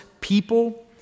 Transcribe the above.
people